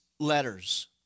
letters